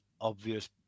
obvious